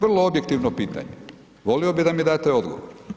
Vrlo objektivno pitanje, volio bi da mi date odgovor.